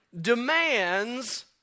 demands